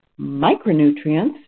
micronutrients